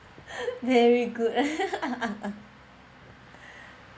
very good